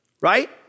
right